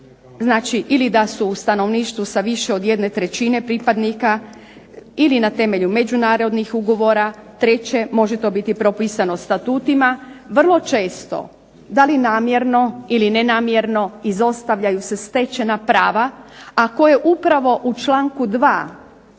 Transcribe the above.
znači ili da su u stanovništvu sa više od 1/3 pripadnika, ili na temelju međunarodnih ugovora, 3. to može biti propisano statutima, vrlo često, da li namjerno ili ne namjerno izostavljaju se stečena prava a koja upravo u članku 2.